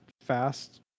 fast